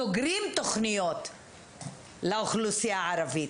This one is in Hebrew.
סוגרים תוכניות לאוכלוסייה הערבית.